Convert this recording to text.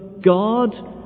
God